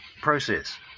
process